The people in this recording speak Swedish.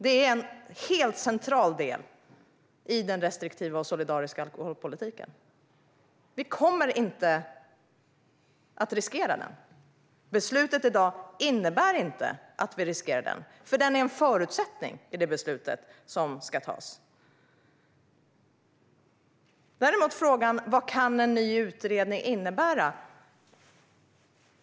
Det är en helt central del i den restriktiva och solidariska alkoholpolitiken. Vi kommer inte att riskera den. Beslutet i dag innebär inte att vi riskerar den, för den är en förutsättning för det beslut som ska tas. Vad kan då en ny utredning innebära?